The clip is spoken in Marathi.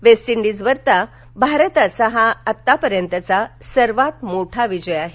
वेस्ट इंडिजवरचा भारताचा हा आतापर्यंतचा सर्वात मोठा विजय आहे